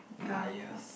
liars